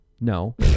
No